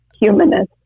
humanist